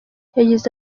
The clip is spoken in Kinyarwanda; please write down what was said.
yagize